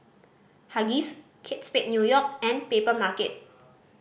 Huggies Kate Spade New York and Papermarket